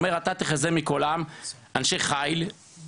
הוא אומר: ואתה תחזה מכל העם אנשי חיל יראי